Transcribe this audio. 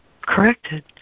corrected